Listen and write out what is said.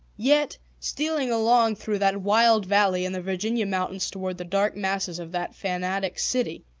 yet, stealing along through that wild valley in the virginia mountains toward the dark masses of that fanatic city,